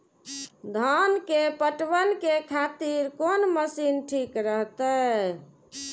धान के पटवन के खातिर कोन मशीन ठीक रहते?